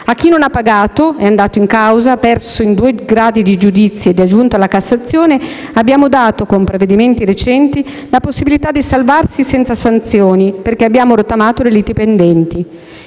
A chi non ha pagato, è andato in causa, ha perso in due gradi di giudizio ed è giunto alla Cassazione, abbiamo dato, con provvedimenti recenti, la possibilità di salvarsi senza sanzioni, perché abbiamo rottamato le liti pendenti.